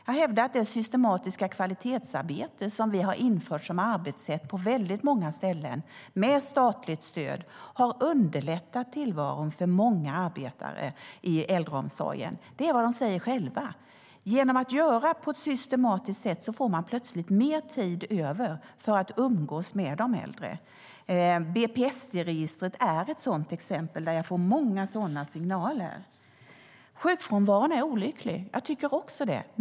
Jag hävdar att det systematiska kvalitetsarbete som vi har infört som arbetssätt på väldigt många ställen med statligt stöd har underlättat tillvaron för många arbetare i äldreomsorgen. Det är vad de säger själva. Genom att arbeta på ett systematiskt sätt får de plötsligt mer tid över för att umgås med de äldre. BPSD-registret är ett exempel där jag får många sådana signaler. Sjukfrånvaron är olycklig; jag tycker också det.